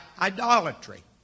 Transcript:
idolatry